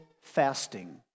fasting